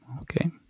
Okay